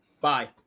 Bye